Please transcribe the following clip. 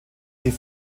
die